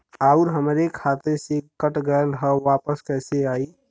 आऊर हमरे खाते से कट गैल ह वापस कैसे आई?